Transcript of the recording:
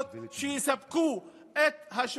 יש לנו פה מקרה